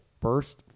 first